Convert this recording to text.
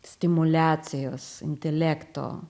stimuliacijos intelekto